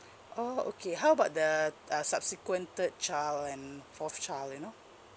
oh okay how about the uh subsequent third child and fourth child you know